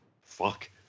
fuck